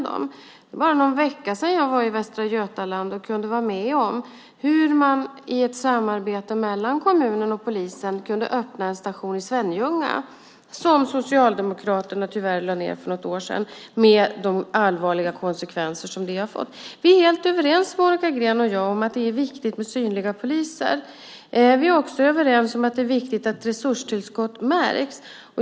Det är bara någon vecka sedan som jag var i Västra Götaland och kunde vara med om hur man i ett samarbete mellan kommunen och polisen kunde öppna en station i Svenljunga som Socialdemokraterna tyvärr lade ned för något år sedan med allvarliga konsekvenser som följd. Monica Green och jag är helt överens om att det är viktigt med synliga poliser. Vi är också överens om att det är viktigt att resurstillskott märks.